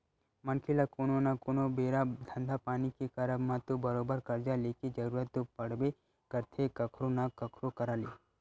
मनखे ल कोनो न कोनो बेरा धंधा पानी के करब म तो बरोबर करजा लेके जरुरत तो पड़बे करथे कखरो न कखरो करा ले